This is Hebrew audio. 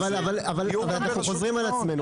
אבל אנחנו חוזרים על עצמנו.